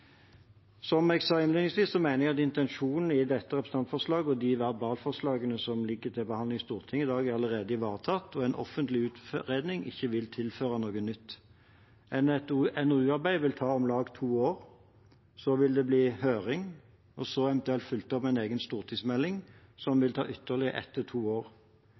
Som jeg sa innledningsvis, mener jeg at intensjonen i dette representantforslaget og de verbalforslagene som ligger til behandling i Stortinget i dag, allerede er ivaretatt, og at en offentlig utredning ikke vil tilføre noe nytt. Et NOU-arbeid vil ta om lag to år. Så vil det bli høring, eventuelt fulgt opp med en egen stortingsmelding, som vil ta ytterligere ett til to år.